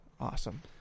Awesome